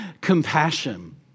compassion